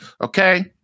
Okay